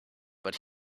but